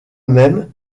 même